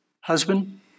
Husband